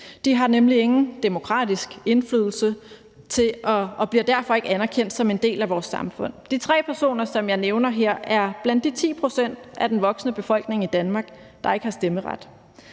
de har nemlig ingen demokratisk indflydelse og bliver derfor ikke anerkendt som en del af vores samfund. De tre personer, som jeg nævner her, er blandt de 10 pct. af den voksne befolkning i Danmark, der ikke har stemmeret.